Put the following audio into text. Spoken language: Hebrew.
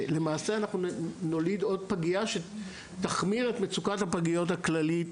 ולמעשה אנחנו נוליד עוד פגייה שתחמיר את מצוקת הפגיות הכללית,